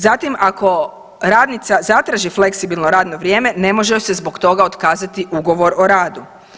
Zatim ako radnica zatraži fleksibilno radno vrijeme ne može joj se zbog toga otkazati ugovor o radu.